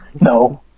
No